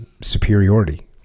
superiority